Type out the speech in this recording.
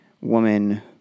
woman